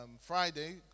Friday